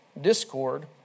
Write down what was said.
discord